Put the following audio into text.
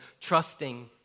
trusting